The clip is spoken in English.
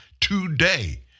Today